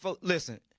Listen